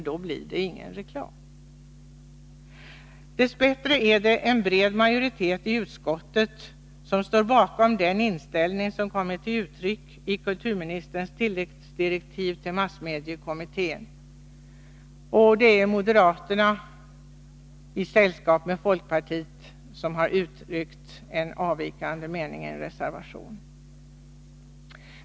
Dess bättre är det en bred majoritet i utskottet som står bakom den inställning som kommit till uttryck i kulturministerns tilläggsdirektiv till massmediekommittén. Det är moderaterna i sällskap med folkpartiet som har uttryckt en avvikande mening i en reservation.